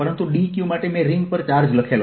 પરંતુ dQ માટે મેં રિંગ પર ચાર્જ લખ્યો છે